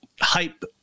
hype